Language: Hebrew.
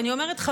ואני אומרת,